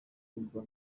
ubwa